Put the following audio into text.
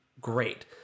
great